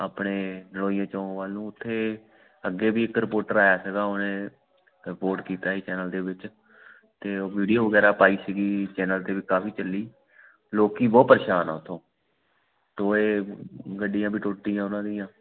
ਆਪਣੇ ਰੋਈਏ ਚੌਂਕ ਵੱਲ ਨੂੰ ਉੱਥੇ ਅੱਗੇ ਵੀ ਇੱਕ ਰਿਪੋਟਰ ਆਇਆ ਸੀਗਾ ਉਹਨੇ ਰਿਪੋਰਟ ਕੀਤਾ ਸੀ ਚੈਨਲ ਦੇ ਵਿੱਚ ਅਤੇ ਉਹ ਵੀਡੀਓ ਵਗੈਰਾ ਪਾਈ ਸੀਗੀ ਚੈਨਲ 'ਤੇ ਵੀ ਕਾਫੀ ਚੱਲੀ ਲੋਕੀ ਬਹੁਤ ਪਰੇਸ਼ਾਨ ਆ ਉਤੋਂ ਟੋਏ ਗੱਡੀਆਂ ਵੀ ਟੁੱਟੀਆਂ ਉਹਨਾਂ ਦੀਆਂ